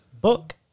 book